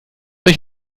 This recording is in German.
euch